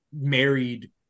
married